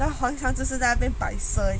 好像皇帝那样一直在那边摆